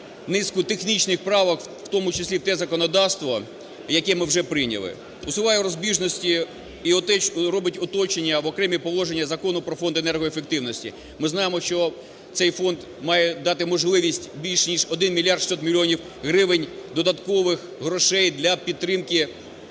низку технічних правок, в тому числі в те законодавство, яке ми вже прийняли, усуває розбіжності і робить уточнення в окремі положення Закону "Про Фонд енергоефективності". Ми знаємо, що цей фонд має дати можливість більш ніж 1 мільярд 600 мільйонів гривень додаткових грошей для підтримки громадян